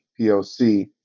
PLC